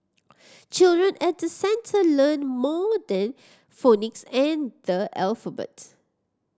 children at the centre learn more than phonics and the alphabet